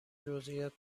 جزییات